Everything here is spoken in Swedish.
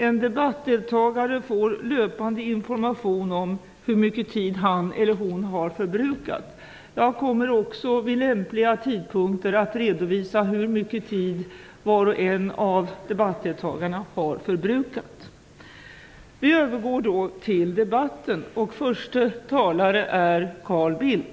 En debattdeltagare får löpande information om hur mycket tid han eller hon förbrukat. Jag kommer också att vid lämpliga tidpunkter redovisa hur mycket tid var och en av debattdeltagarna har förbrukat.